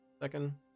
second